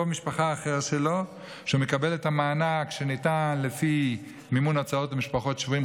משפחה אחר שלו שמקבל את המענק שניתן לפי מימון הוצאות למשפחות שבויים,